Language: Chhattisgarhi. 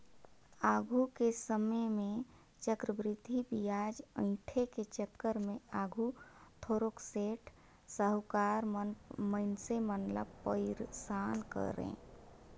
आघु के समे में चक्रबृद्धि बियाज अंइठे के चक्कर में आघु थारोक सेठ, साहुकार मन मइनसे मन ल पइरसान करें